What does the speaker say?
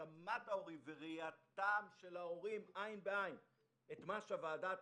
הסכמת ההורים וראיית ההורים עין בעין את מה שוועדת